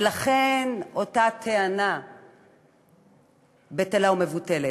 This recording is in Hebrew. ולכן, אותה טענה בטלה ומבוטלת.